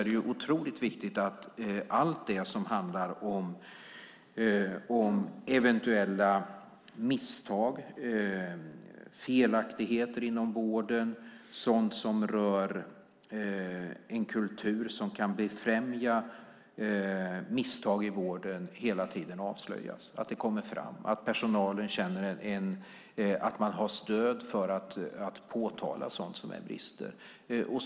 Det är otroligt viktigt att allt det som handlar om eventuella misstag, felaktigheter inom vården och sådant som rör en kultur som kan befrämja misstag i vården hela tiden avslöjas, så att det kommer fram, och att personalen känner att de har stöd för att påtala sådant som är brister.